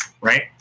Right